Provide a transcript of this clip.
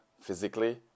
physically